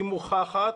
היא מוכחת,